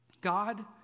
God